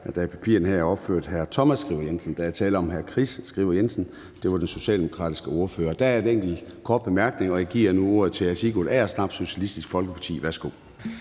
i papirerne her er opført hr. Thomas Skriver Jensen. Der er tale om hr. Kris Jensen Skriver. Det var den socialdemokratiske ordfører. Der er en enkelt kort bemærkning, og jeg giver nu ordet til hr. Sigurd Agersnap, Socialistisk Folkeparti. Værsgo.